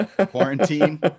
quarantine